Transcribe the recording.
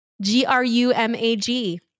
G-R-U-M-A-G